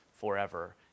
forever